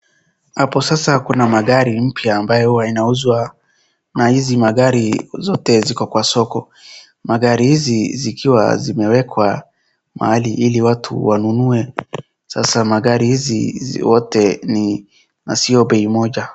Hapo sasa kuna magari mpya ambayo huwa inauzwa, na hizi magari zote ziko kwa soko. Magari hizi zikiwa zimewekwa mahali ili watu wanunue. Sasa magari hizi zote ni, na sio bei moja.